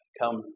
come